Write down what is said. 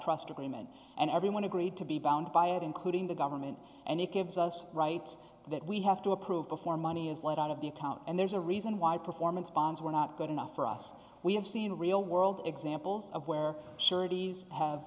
trust agreement and everyone agreed to be bound by it including the government and it gives us right that we have to approve before money is let out of the account and there's a reason why performance bonds were not good enough for us we have seen a real world examples of where